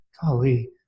golly